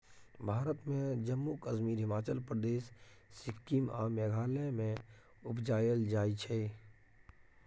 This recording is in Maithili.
भारत मे जम्मु कश्मीर, हिमाचल प्रदेश, सिक्किम आ मेघालय मे उपजाएल जाइ छै